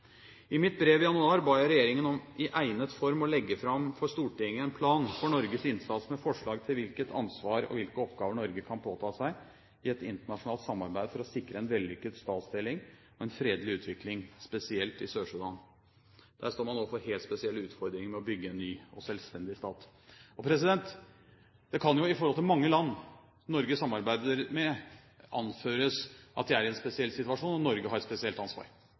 I mitt brev i januar ba jeg regjeringen om i egnet form å legge fram for Stortinget en plan for Norges innsats, med forslag til hvilket ansvar og hvilke oppgaver Norge kan påta seg i et internasjonalt samarbeid for å sikre en vellykket statsdeling og en fredelig utvikling, spesielt i Sør-Sudan. Der står man overfor helt spesielle utfordringer med å bygge en ny og selvstendig stat. Det kan jo i forhold til mange land Norge samarbeider med, anføres at vi er i en spesiell situasjon, og hvor Norge har et spesielt ansvar.